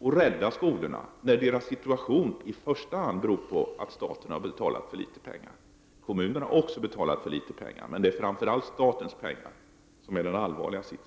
för att rädda skolorna när dessas situation i första hand beror på att staten har betalat för litet pengar. Också kommunerna har betalat för litet pengar, men den allvarliga bristen föreligger framför allt på den statliga sidan.